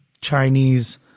Chinese